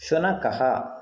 शुनकः